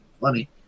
funny